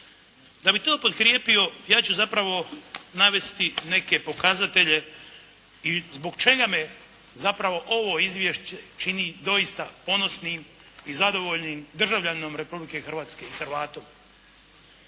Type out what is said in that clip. Da bih to potkrijepio ja ću zapravo navesti neke pokazatelje i zbog čega me zapravo ovo izvješće čini doista ponosnim i zadovoljnim državljaninom Republike Hrvatske i Hrvatom.